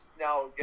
now